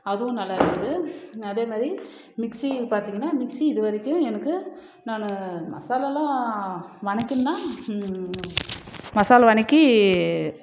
அதுவும் நல்லா இருக்குது அதே மாதிரி மிக்சி பார்த்திங்கன்னா மிக்சி இது வரைக்கும் எனக்கு நான் மசாலால்லாம் வதக்கனின்னா மசாலா வதக்கி